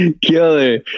killer